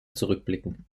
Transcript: zurückblicken